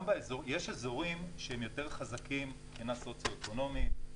יש אזורים שהם יותר חזקים מבחינה סוציואקונומית,